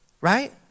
Right